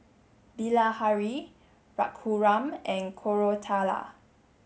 Bilahari Raghuram and Koratala